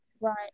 Right